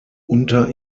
unter